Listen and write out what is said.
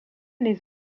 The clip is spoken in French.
les